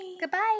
goodbye